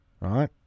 Right